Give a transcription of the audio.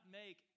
make